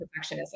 perfectionism